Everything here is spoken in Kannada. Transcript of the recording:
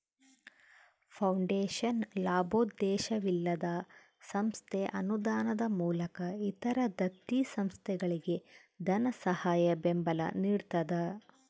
ಫೌಂಡೇಶನ್ ಲಾಭೋದ್ದೇಶವಿಲ್ಲದ ಸಂಸ್ಥೆ ಅನುದಾನದ ಮೂಲಕ ಇತರ ದತ್ತಿ ಸಂಸ್ಥೆಗಳಿಗೆ ಧನಸಹಾಯ ಬೆಂಬಲ ನಿಡ್ತದ